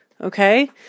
Okay